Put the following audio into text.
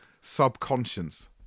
subconscious